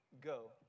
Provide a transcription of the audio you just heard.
Go